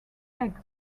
eggs